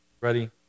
ready